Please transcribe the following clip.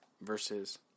Versus